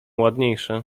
ładniejsze